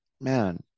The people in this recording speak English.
man